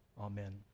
Amen